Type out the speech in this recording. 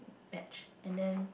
batch and then